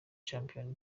shampiona